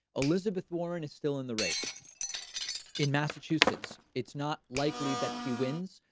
elizabeth warren is still in the race in massachusetts, it's not likely that she wins,